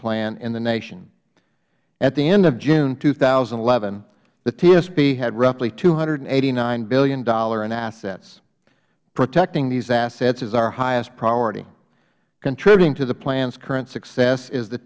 plan in the nation at the end of june two thousand and eleven the tsp had roughly two hundred and eighty nine dollars billion in assets protecting these assets is our highest priority contributing to the plan's current success is the